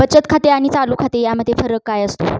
बचत खाते आणि चालू खाते यामध्ये फरक काय असतो?